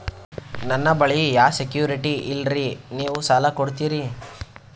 ನನ್ನ ಬಳಿ ಯಾ ಸೆಕ್ಯುರಿಟಿ ಇಲ್ರಿ ನೀವು ಸಾಲ ಕೊಡ್ತೀರಿ?